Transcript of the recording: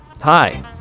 Hi